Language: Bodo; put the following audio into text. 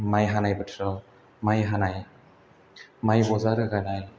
माइ हानाय बोथोराव माइ हानाय माइ बजा रोगानाय